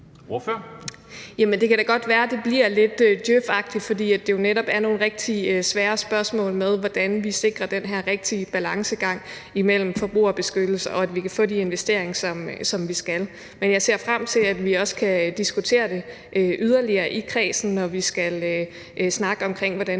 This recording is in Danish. det kan da godt være, at det bliver lidt djøfagtigt, fordi det netop er nogle rigtig svære spørgsmål, i forhold til hvordan vi sikrer den her rigtige balancegang mellem forbrugerbeskyttelse, og at vi kan få de investeringer, som vi skal. Men jeg ser frem til, at vi også kan diskutere det yderligere i kredsen, når vi næste år skal snakke om, hvordan